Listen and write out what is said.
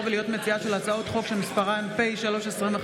ולהיות מציעה של הצעות חוק שמספרן: פ/3/25,